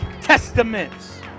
testaments